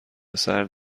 سرد